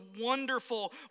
wonderful